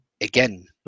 Again